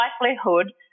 likelihood